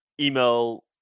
email